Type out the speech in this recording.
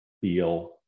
feel